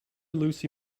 lucy